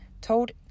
told